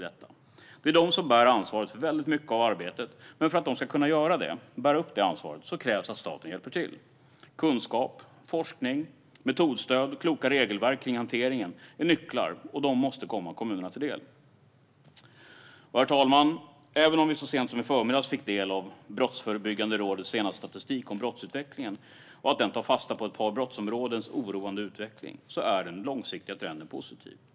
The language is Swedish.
Det är de som bär ansvaret för väldigt mycket av arbetet. Men för att de ska kunna göra det krävs det att staten hjälper till. Kunskap, forskning, metodstöd och kloka regelverk för hanteringen är nycklar, och de måste komma kommunerna till del. Herr talman! Så sent som förmiddags fick vi ta del av Brottsförebyggande rådets senaste statistik om brottsutvecklingen. Även om den tar fasta på ett par brottsområdens oroande utveckling är den långsiktiga trenden positiv.